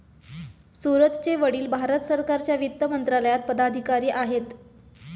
सूरजचे वडील भारत सरकारच्या वित्त मंत्रालयात पदाधिकारी आहेत